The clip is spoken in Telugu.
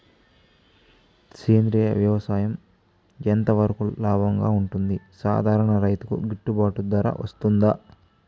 సేంద్రియ వ్యవసాయం ఎంత వరకు లాభంగా ఉంటుంది, సాధారణ రైతుకు గిట్టుబాటు ధర వస్తుందా?